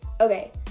okay